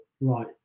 Right